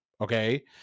okay